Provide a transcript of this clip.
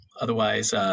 Otherwise